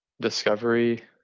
discovery